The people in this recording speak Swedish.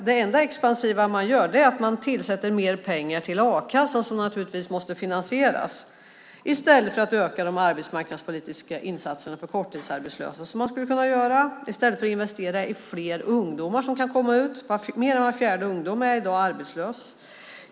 Det enda expansiva man gör är att tillsätta mer pengar till a-kassan, som naturligtvis måste finansieras, i stället för att öka de arbetsmarknadspolitiska insatserna för korttidsarbetslösa, som man skulle kunna göra, och i stället för att investera i att fler ungdomar kan komma ut på arbetsmarknaden. Mer än var fjärde ungdom är i dag arbetslös.